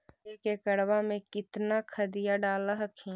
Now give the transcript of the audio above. एक एकड़बा मे कितना खदिया डाल हखिन?